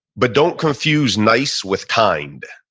but don't confuse nice with kind.